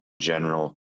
general